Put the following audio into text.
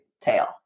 tail